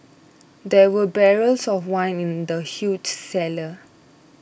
there were barrels of wine in the huge cellar